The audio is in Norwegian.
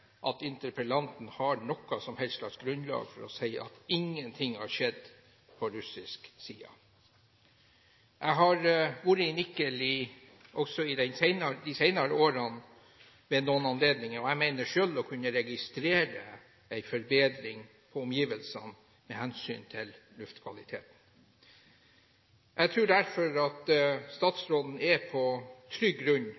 at interpellanten har noe som helst slags grunnlag for å si at ingen ting har skjedd på russisk side. Jeg har vært i Nikel også de senere år ved noen anledninger, og jeg mener selv å kunne registrere en forbedring på omgivelsene med hensyn til luftkvaliteten. Jeg tror derfor at statsråden er på trygg grunn